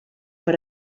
per